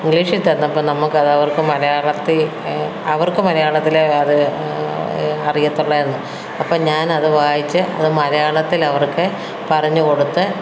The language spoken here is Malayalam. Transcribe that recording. ഇംഗ്ലീഷിൽ തന്നപ്പോൾ നമ്മൾക്ക് അത് അവർക്ക് മലയാളത്തിൽ അവർക്ക് മലയാളത്തിൽ അത് അറിയത്തുള്ളായിരുന്നു അപ്പം ഞാൻ അത് വായിച്ച് അത് മലയാളത്തിൽ അവർക്ക് പറഞ്ഞു കൊടുത്ത്